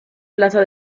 plaza